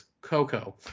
Coco